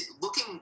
looking